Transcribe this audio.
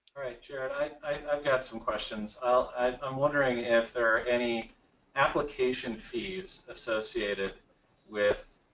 right jared, i've got some questions. ah ah i'm wondering if there are any application fees associated with